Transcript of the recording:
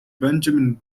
benjamin